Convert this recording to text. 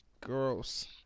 gross